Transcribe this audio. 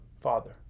Father